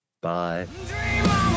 Bye